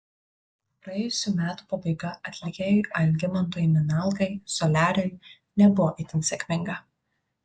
praėjusių metų pabaiga atlikėjui algimantui minalgai soliariui nebuvo itin sėkminga